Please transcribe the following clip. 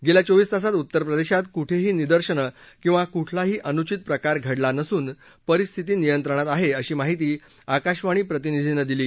गेल्या चोवीस तासात उत्तर प्रदेशात कुठेही निदर्शनं किंवा कुठलाही अनुचित प्रकार घडला नसून परिस्थिती नियंत्रणात आहे अशी माहिती आकाशवाणी प्रतिनिधीनं दिली